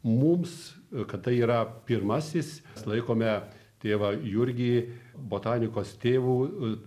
mums kad tai yra pirmasis laikome tėvą jurgį botanikos tėvu